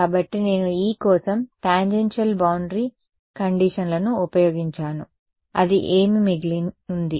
కాబట్టి నేను E కోసం టాంజెన్షియల్ బౌండరీ కండిషన్లను ఉపయోగించాను అది ఏమి మిగిలి ఉంది